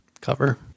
cover